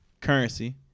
Currency